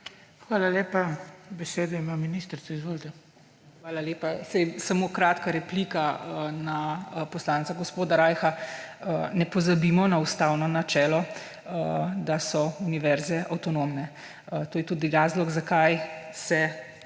Hvala lepa. Besedo ima ministrica. Izvolite. DR. SIMONA KUSTEC: Hvala lepa. Samo kratka replika na poslanca gospoda Rajha. Ne pozabimo na ustavno načelo, da so univerze avtonomne. To je tudi razlog, zakaj se